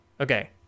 okay